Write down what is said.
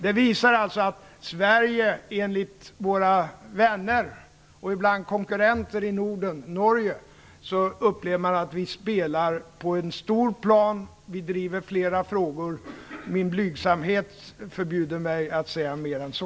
Det visar alltså att Sverige enligt våra vänner, och ibland konkurrenter i Norden, Norge spelar på en stor plan och driver flera frågor. Min blygsamhet förbjuder mig att säga mer än så.